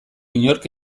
inork